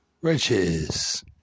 riches